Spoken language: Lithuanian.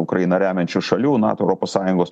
ukrainą remiančių šalių nato europos sąjungos